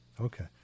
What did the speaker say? Okay